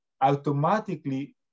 automatically